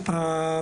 העין.